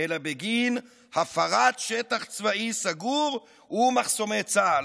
אלא בגין הפרת שטח צבאי סגור ומחסומי צה"ל.